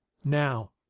now,